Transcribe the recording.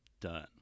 done